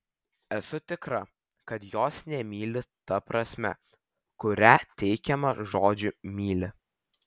esu tikra kad jos nemyli ta prasme kurią teikiame žodžiui myli